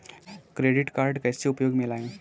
Credit card कैसे उपयोग में लाएँ?